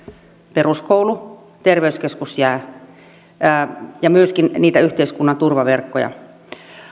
peruskoulu terveyskeskus jäävät ja myöskin niitä yhteiskunnan turvaverkkoja